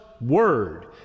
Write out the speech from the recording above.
Word